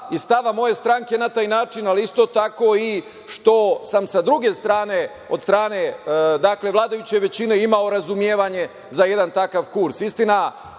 i stava moje stranke na taj način, ali isto tako i što sam sa druge strane, od strane vladajuće većine imao razumevanje za jedan takav kurs.